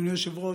אדוני היושב-ראש,